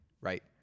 Right